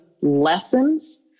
lessons